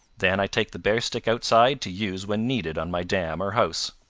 then i take the bare stick outside to use when needed on my dam or house.